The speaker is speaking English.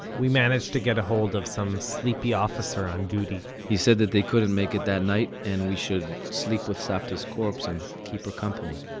we managed to get ahold of some sleepy officer on duty he said that they couldn't make it that night, and we should sleep with savta's corpse and keep her company.